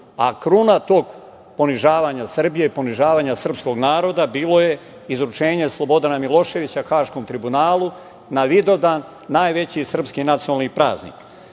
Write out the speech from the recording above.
a kruna tog ponižavanja Srbije, ponižavanja srpskog naroda bilo je izručenje Slobodana Miloševića Haškom tribunalu na Vidovdan najveći srpski nacionalni praznik. Dakle,